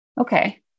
Okay